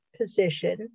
position